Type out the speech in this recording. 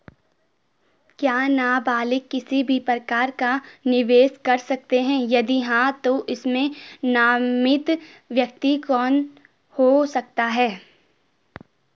क्या नबालिग किसी भी प्रकार का निवेश कर सकते हैं यदि हाँ तो इसमें नामित व्यक्ति कौन हो सकता हैं?